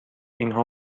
اینها